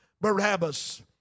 Barabbas